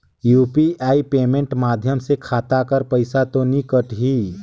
UPI payment माध्यम से खाता कर पइसा तो नी कटही?